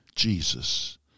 Jesus